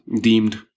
deemed